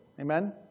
Amen